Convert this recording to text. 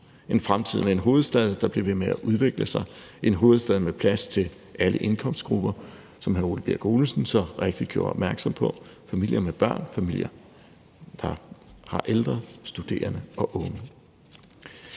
en fremtid med en hovedstad, der bliver ved med at udvikle sig, en hovedstad med plads til alle indkomstgrupper, som hr. Ole Birk Olesen så rigtigt gjorde opmærksom på, familier med børn, familier med ældre, studerende og unge.